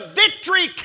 victory